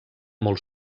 molt